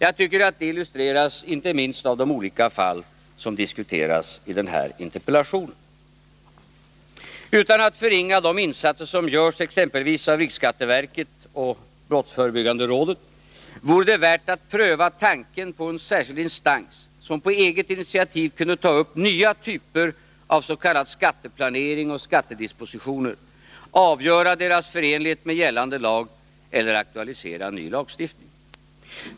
Jag tycker att det illustreras inte minst av de olika fall som diskuteras i interpellationen. Utan att förringa de insatser som görs exempelvis av riksskatteverket och brottsförebyggande rådet vill jag säga att det vore värt att pröva tanken på en särskild instans som på eget initiativ kunde ta upp nya typer av s.k. skatteplanering och skattedispositioner, avgöra deras förenlighet med gällande lag eller aktualisera ny lagstiftning.